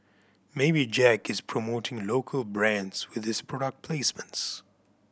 maybe Jack is promoting local brands with his product placements